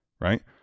right